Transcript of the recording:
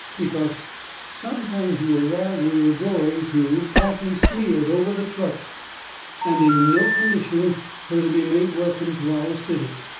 because sometimes you arrive where you are going to partly smeared over the trucks and in no condition fur to be made welcome to our city,